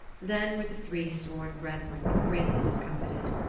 then were the three sworn brethren greatly discomfited.